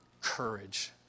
courage